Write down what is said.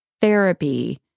Therapy